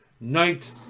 night